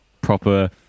proper